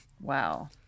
Wow